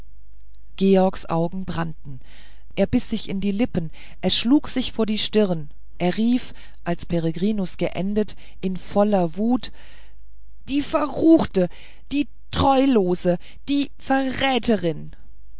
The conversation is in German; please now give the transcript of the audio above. georges augen brannten er biß sich in die lippen er schlug sich vor die stirn er rief als peregrinus geendet in voller wut die verruchte die treulose die verräterin